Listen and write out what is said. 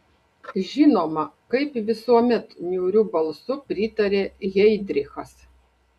žinoma kaip visuomet niūriu balsu pritarė heidrichas